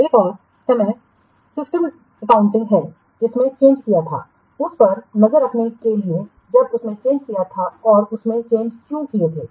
एक और समय काउंटिंग है जिसने चेंज किया था उस पर नज़र रखने के लिए जब उसने चेंज किया था और उसने चेंज क्यों किए थे